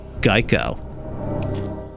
Geico